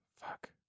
Fuck